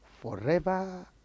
forever